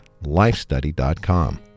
lifestudy.com